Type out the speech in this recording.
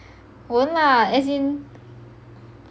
won't lah as in